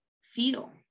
feel